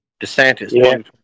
Desantis